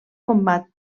combat